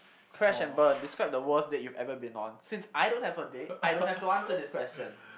crash and burn describe the worst date you've ever been on since I don't have a date I don't have to answer this question